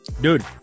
Dude